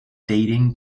dating